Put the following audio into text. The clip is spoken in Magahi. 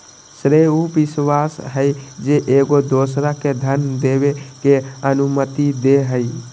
श्रेय उ विश्वास हइ जे एगो दोसरा के धन देबे के अनुमति दे हइ